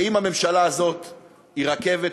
ואם הממשלה הזאת היא רכבת,